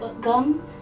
gum